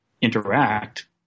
interact